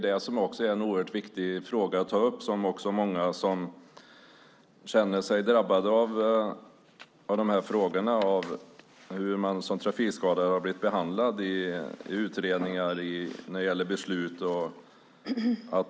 Det är en oerhört viktig fråga att ta upp. Många känner sig drabbade med tanke på hur de som trafikskadade har blivit behandlade vid utredningar när det gäller beslut.